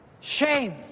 Shame